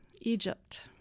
Egypt